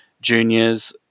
juniors